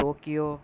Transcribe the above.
Tokyo